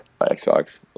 Xbox